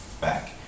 back